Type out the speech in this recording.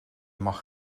mag